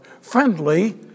Friendly